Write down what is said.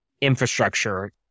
infrastructure